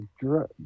drug